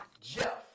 Jeff